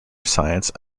science